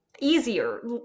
easier